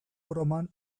broman